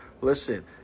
Listen